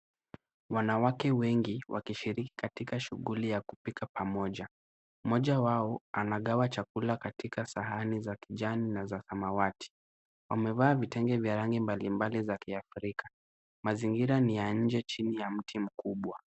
Wanawake wengi wakishiriki katika shughuli ya kupika pamoja. Mmoja wao anagawa chakula katika sahani za kijani na za samawati. Wamevaa vitenge za rangi mbalimbali za kiafrika. Mazingira ni ya nje chini ya mti mkubwa.